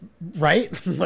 right